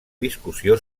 discussió